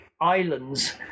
islands